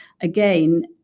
Again